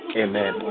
amen